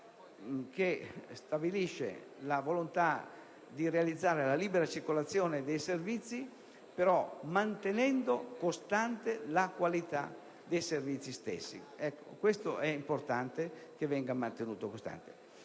che stabilisce la volontà di realizzare la libera circolazione dei servizi, mantenendo però costante la qualità dei servizi stessi. È importante che questo elemento venga